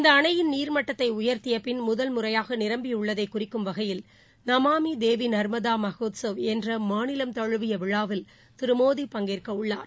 இந்தஅணையின் நீர்மட்டத்தைஉயர்த்தியபின் முதன் முறையாகநிரம்பியுள்ளதைகுறிக்கும் வகையில் நமாமிதேவிநர்மதாமஹோத்சவ் என்றமாநிலம் தமுவியவிழாவில் திருமோடி பங்கேற்கவுள்ளார்